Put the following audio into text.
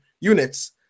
units